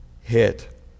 hit